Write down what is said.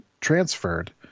transferred